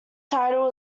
title